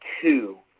two